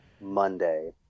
Monday